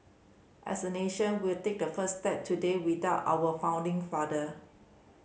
as a nation we'll take the first step today without our founding father